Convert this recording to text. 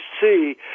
see